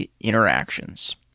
interactions